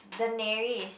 Daenerys